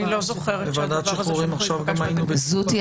אני לא זוכרת שהדבר הזה --- זו תהיה